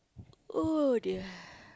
oh dear